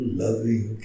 loving